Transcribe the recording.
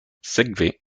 sekve